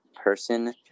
person